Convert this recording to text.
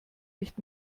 nicht